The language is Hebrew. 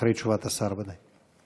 אחרי תשובת השר ודאי.